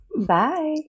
Bye